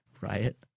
Riot